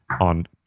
on